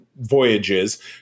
voyages